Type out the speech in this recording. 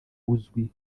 uzwi